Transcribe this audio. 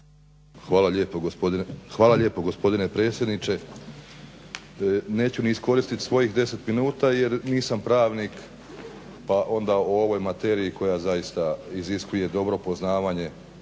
Hvala lijepo gospodine predsjedniče. Neću ni iskoristiti svojih 10 minuta jer nisam pravnik pa onda o ovoj materiji koja zaista iziskuje dobro poznavanje